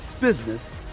business